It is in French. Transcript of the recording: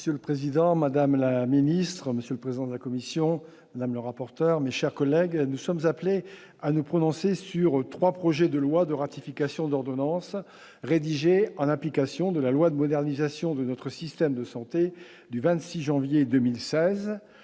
Monsieur le Président, Madame la Ministre, Monsieur le président de la commission, même le rapporteur, mes chers collègues, nous sommes appelés à nous prononcer sur 3 projets de loi de ratification d'ordonnances rédigées en application de la loi de modernisation de notre système de santé du 26 janvier 2016